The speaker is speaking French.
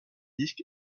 disc